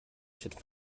should